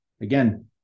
again